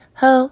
ho